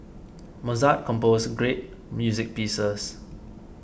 Mozart composed great music pieces